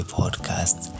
podcast